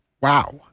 wow